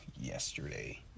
Yesterday